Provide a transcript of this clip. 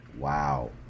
Wow